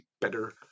better